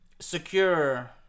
secure